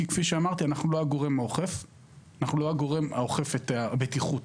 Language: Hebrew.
כפי שאמרתי, אנחנו לא הגורם האוכף את הבטיחות.